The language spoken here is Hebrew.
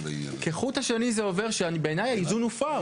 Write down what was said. כחוט השני זה עובר שבעיניי האיזון הופר.